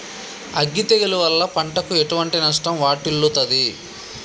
అగ్గి తెగులు వల్ల పంటకు ఎటువంటి నష్టం వాటిల్లుతది?